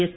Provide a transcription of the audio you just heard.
S